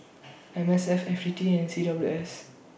M S F F A T and C W S